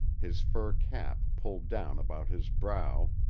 his fur cap pulled down about his brow,